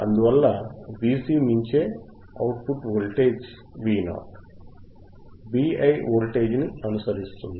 అందువల్ల Vc ని మించే వరకు output voltage Vo Vi voltage ని అనుసరిస్తుంది